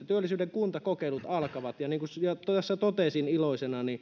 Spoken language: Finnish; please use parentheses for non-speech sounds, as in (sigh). (unintelligible) työllisyyden kuntakokeilut alkavat kaksituhattakaksikymmentä ja niin kuin tässä totesin iloisena